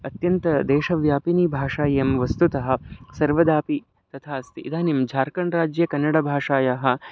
अत्यन्तदेशव्यापिनी भाषा इयं वस्तुतः सर्वदापि तथा अस्ति इदानीं झार्खण्ड् राज्ये कन्नडभाषायाः